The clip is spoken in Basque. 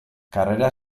karrera